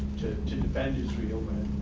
to defend israel when